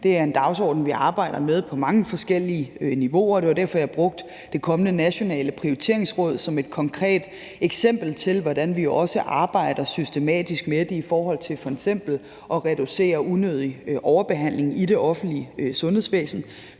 Det er en dagsorden, vi arbejder med på mange forskellige niveauer, og det var derfor, jeg brugte det kommende nationale prioriteringsråd som et konkret eksempel på, hvordan vi også arbejder systematisk med det i forhold til f.eks. at reducere unødig overbehandling i det offentlige sundhedsvæsen.